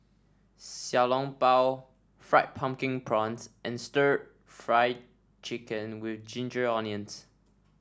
Xiao Long Bao Fried Pumpkin Prawns and Stir Fried Chicken with Ginger Onions